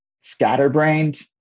scatterbrained